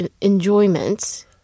enjoyment